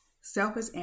selfish